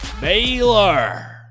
Baylor